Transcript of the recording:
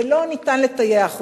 ולא ניתן לטייח אותו.